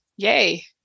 yay